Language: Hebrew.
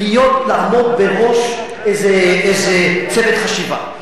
לעמוד בראש איזה צוות חשיבה,